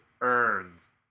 earns